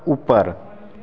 ऊपर